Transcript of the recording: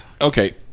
Okay